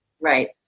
Right